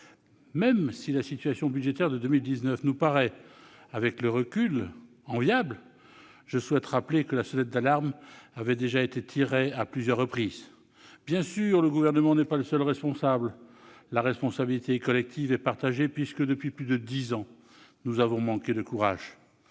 Même si la situation budgétaire de 2019 nous paraît, avec le recul, enviable, je souhaite rappeler que la sonnette d'alarme avait déjà été tirée à plusieurs reprises. Bien sûr, le Gouvernement n'est pas seul responsable : la responsabilité est collective et partagée, puisque, depuis plus de dix ans, nous manquons de courage.